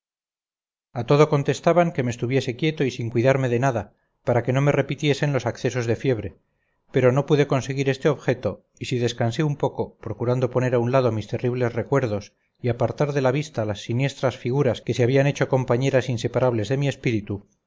a todo contestaban que me estuviese quieto y sin cuidarme de nada para que no me repitiesen los accesos de fiebre pero no pude conseguir este objeto y si descansé un poco procurando poner a un lado mis terribles recuerdos y apartar de la vista las siniestras figuras que se habían hecho compañeras inseparables de mi espíritu